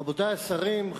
רבותי השרים,